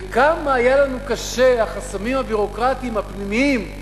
וכמה היה לנו קשה עם החסמים הביורוקרטיים הפנימיים.